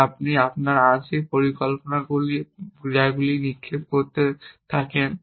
যে আপনি আপনার আংশিক পরিকল্পনায় ক্রিয়াগুলি নিক্ষেপ করতে থাকেন